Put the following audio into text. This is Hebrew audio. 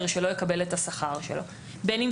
בין אם זה יוביל לסגירה של בית הספר ואנחנו